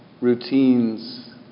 routines